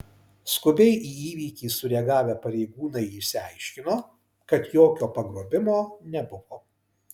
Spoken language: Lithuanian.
skubiai į įvykį sureagavę pareigūnai išsiaiškino kad jokio pagrobimo nebuvo